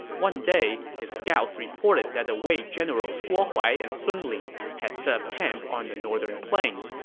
one day, his scouts reported that the wei generals guo huai and sun li had set up camp on the northern plain.